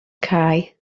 cae